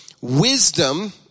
wisdom